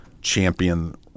champion